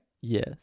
Yes